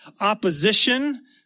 opposition